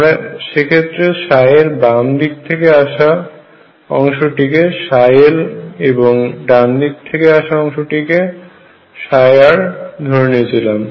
আমরা সেক্ষেত্রে এর বাম দিক থেকে আসা অংশটিকে l এবং ডান দিকের অংশ টিকে r ধরে নিয়েছিলাম